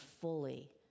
fully